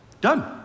Done